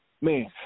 Man